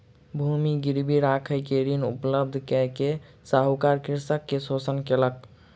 भूमि गिरवी राइख के ऋण उपलब्ध कय के साहूकार कृषक के शोषण केलक